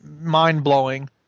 mind-blowing